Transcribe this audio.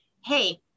hey